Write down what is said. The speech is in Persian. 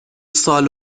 سال